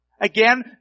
Again